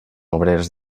obrers